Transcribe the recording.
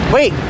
Wait